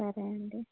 సరే అండి